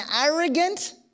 arrogant